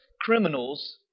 criminals